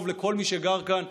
טוב לכל מי שגר כאן,